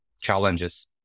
challenges